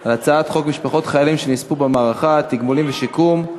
על הצעת חוק משפחות חיילים שנספו במערכה (תגמולים ושיקום)